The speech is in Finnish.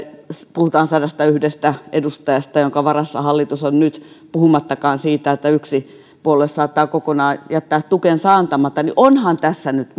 puhutaan sadastayhdestä edustajasta joiden varassa hallitus on nyt puhumattakaan siitä että yksi puolue saattaa kokonaan jättää tukensa antamatta onhan tässä nyt